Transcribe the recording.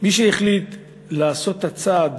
מי שהחליט לעשות את הצעד